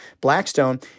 Blackstone